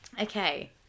Okay